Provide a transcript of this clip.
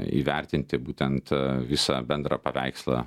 įvertinti būtent visą bendrą paveikslą